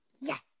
Yes